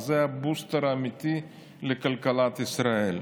זה ה-booster האמיתי לכלכלת ישראל.